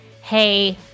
Hey